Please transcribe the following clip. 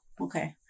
okay